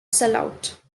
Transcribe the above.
sellout